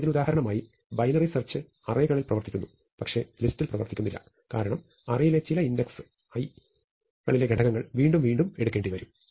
ഇതിന് ഉദാഹരണമായി binary search അറേകളിൽ പ്രവർത്തിക്കുന്നു പക്ഷേ ലിസ്റ്റിൽ പ്രവർത്തിക്കുന്നില്ല കാരണം അറേയിലെ ചില ഇൻഡെക്സ് i കളിലെ ഘടകങ്ങൾ വീണ്ടും വീണ്ടും എടുക്കേണ്ടിവരും